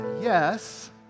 yes